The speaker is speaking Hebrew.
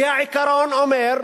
כי העיקרון אומר,